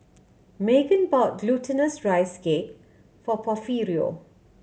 Meghann bought Glutinous Rice Cake for Porfirio